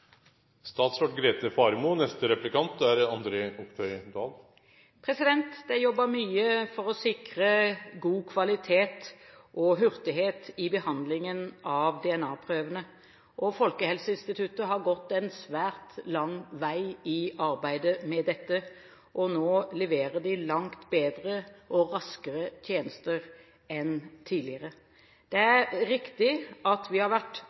er jobbet mye for å sikre god kvalitet og hurtighet i behandlingen av DNA-prøvene. Folkehelseinstituttet har gått en svært lang vei i arbeidet med dette, og nå leverer de langt bedre og raskere tjenester enn tidligere. Det er riktig at vi har vært